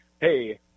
Hey